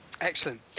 Excellent